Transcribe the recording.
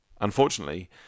Unfortunately